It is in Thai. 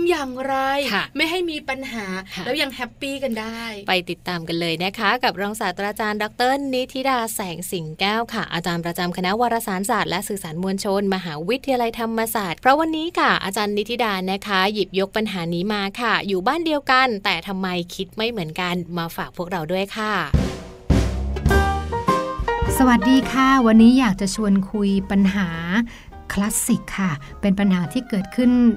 อย่างไรค่ะไม่ให้มีปัญหาค่ะแล้วยัง happy กันได้ไปติดตามกันเลยนะคะกับรองศาสตราจารย์ดอกเตอร์นิธิดา แสงสิงแก้วค่ะ อาจารย์ประจำคณะวารสารศาสตร์และสื่อสารมวลชน มหาวิทยาลัยธรรมศาสตร์ เพราะวันนี้ค่ะอาจารย์นิธิดานะคะหยิบยกปัญหานี้มาค่ะ อยู่บ้านเดียวกันแต่ทำไมคิดไม่เหมือนกัน มาฝากพวกเราด้วยค่ะสวัสดีค่ะ วันนี้อยากจะชวนคุยปัญหาคลาสสิกค่ะ เป็นปัญหาที่เกิดขึ้น